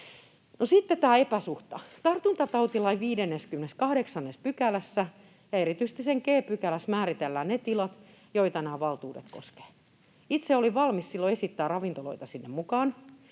sitten tästä epäsuhdasta: Tartuntatautilain 58 §:ssä ja erityisesti 58 g §:ssä määritellään ne tilat, joita nämä valtuudet koskevat. Itse olin valmis silloin esittämään ravintoloita sinne mukaan,